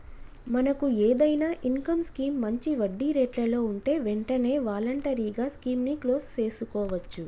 మనకు ఏదైనా income scheme మంచి వడ్డీ రేట్లలో ఉంటే వెంటనే వాలంటరీగా స్కీమ్ ని క్లోజ్ సేసుకోవచ్చు